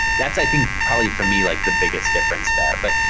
that's i think probably for me like the biggest difference there. but,